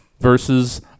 versus